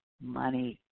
money